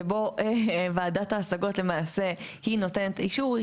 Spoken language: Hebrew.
שבו ועדת ההשגות למעשה היא נותנת אישור,